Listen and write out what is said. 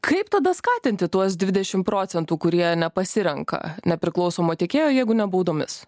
kaip tada skatinti tuos dvidešim procentų kurie nepasirenka nepriklausomo tiekėjo jeigu ne baudomis